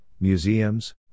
museums